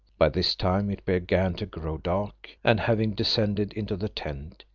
by this time it began to grow dark, and having descended into the tent,